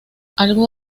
algo